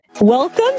Welcome